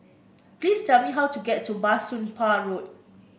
please tell me how to get to Bah Soon Pah Road